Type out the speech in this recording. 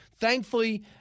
Thankfully